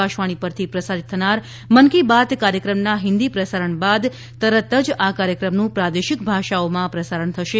આકાશવાણી પરથી પ્રસારિત થનાર મન કી બાત કાર્યક્રમના હિંદી પ્રસારણ બાદ તરત જ આ કાર્યક્રમનું પ્રાદેશિક ભાષાઓમાં પ્રસારણ થશે